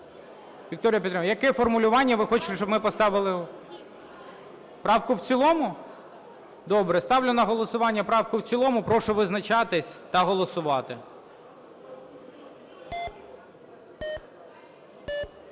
Вікторія Петрівна, яке формулювання ви хочете, щоб ми поставили? Правку в цілому? Добре. Ставлю на голосування правку в цілому. Прошу визначатись та голосувати. 13:16:16